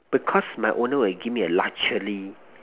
because my owner will give me a luxury